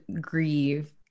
grieve